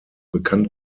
bekannt